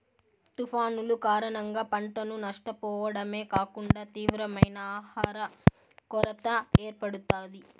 తుఫానులు కారణంగా పంటను నష్టపోవడమే కాకుండా తీవ్రమైన ఆహర కొరత ఏర్పడుతాది